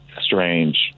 strange